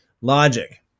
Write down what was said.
Logic